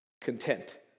Content